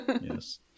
Yes